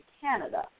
Canada